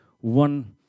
one